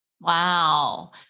Wow